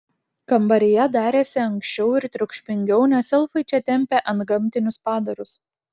kambaryje darėsi ankščiau ir triukšmingiau nes elfai čia tempė antgamtinius padarus